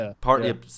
partly